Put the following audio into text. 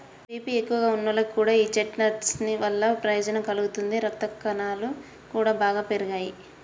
BP ఎక్కువగా ఉన్నోళ్లకి కూడా యీ చెస్ట్నట్స్ వల్ల ప్రయోజనం కలుగుతుంది, రక్తకణాలు గూడా బాగా పెరుగుతియ్యి